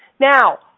Now